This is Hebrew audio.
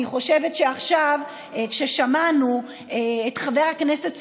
אני חושבת שעכשיו, כששמענו את חבר הכנסת סגלוביץ',